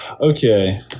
Okay